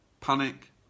panic